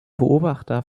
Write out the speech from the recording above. beobachter